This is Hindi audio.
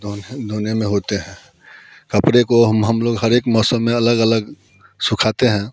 धोने धोने में होते हैं कपड़े को हम लोग हर एक मौसम में अलग अलग सुखाते हैं